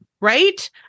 right